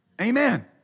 Amen